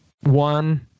one